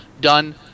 done